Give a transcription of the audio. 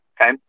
Okay